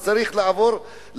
אז צריך יותר תקנים.